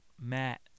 Matt